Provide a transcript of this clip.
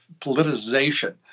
politicization